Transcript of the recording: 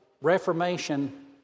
Reformation